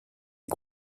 les